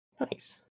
Nice